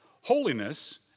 Holiness